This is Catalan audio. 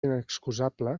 inexcusable